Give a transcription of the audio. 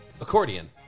Accordion